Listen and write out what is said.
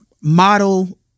model